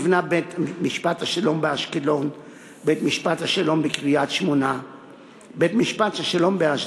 נבנה בניין בית-משפט השלום באשקלון ובניין בית-משפט השלום בקריית-שמונה.